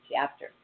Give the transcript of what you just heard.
chapter